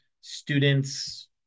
students